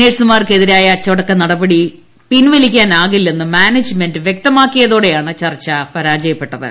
നഴ്സുമാർക്കെതിരായ അച്ചടക്കനടപടി ിൻവലിക്കാനാകില്ലെന്ന് മാനേജ്മെൻറ് വ്യക്തമാക്കിയതോടെയാണ് ചർച്ച പരാജയപ്പെട്ടത്